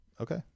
Okay